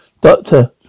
Doctor